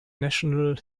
national